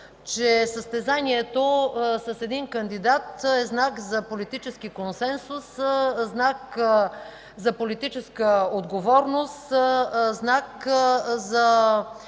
че състезанието с един кандидат е знак за политически консенсус, знак за политическа отговорност, знак за